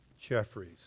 Jeffries